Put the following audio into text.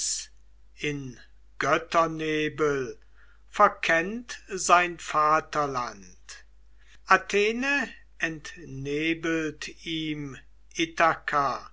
in götternebel verkennt sein vaterland athene entnebelt ihm